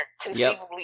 conceivably